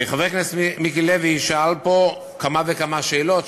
חבר הכנסת מיקי לוי שאל פה כמה וכמה שאלות,